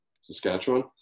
Saskatchewan